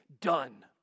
done